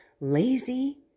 lazy